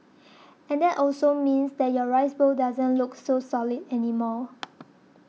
and that also means that your rice bowl doesn't look so solid anymore